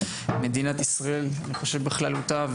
מדינת ישראל אני חושב בכללותה,